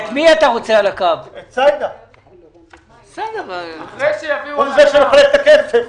הוא זה שנותן את הכסף,